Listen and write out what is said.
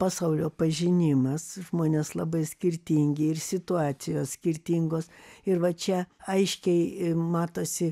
pasaulio pažinimas žmonės labai skirtingi ir situacijos skirtingos ir va čia aiškiai matosi